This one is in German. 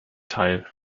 teil